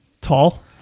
tall